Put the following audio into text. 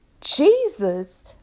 Jesus